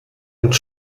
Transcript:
uns